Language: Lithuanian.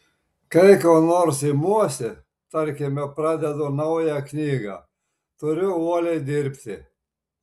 kai ko nors imuosi tarkime pradedu naują knygą turiu uoliai dirbti